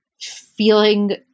feeling